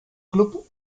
club